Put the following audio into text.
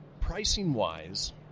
pricing-wise